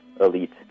elite